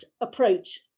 approach